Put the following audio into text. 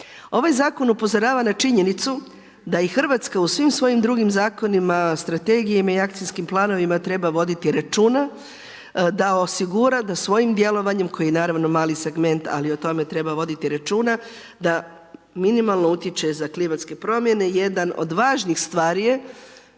Ovaj Zakon upozorava na činjenicu da i RH u svim svojim drugim zakonima, strategijama i akcijskim planovima treba voditi računa da osigura da svojim djelovanje koji naravno mali segment, ali o tome treba voditi računa, da minimalno utječe za klimatske promjene, jedan od važnih stvari je